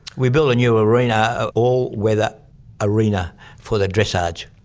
we built a new arena. an all-weather arena for the dressage.